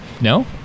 no